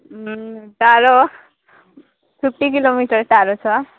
टाढो fifty kilometre टाढो छ